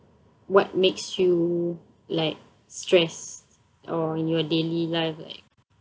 what makes you like stress or in your daily life like